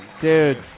dude